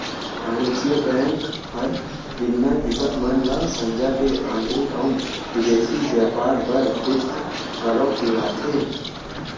वाणिज्य बेंक हर विनिमय बिपत मन ल भंजा के आंतरिक अउ बिदेसी बैयपार बर बित्त घलौ देवाथे